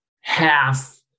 half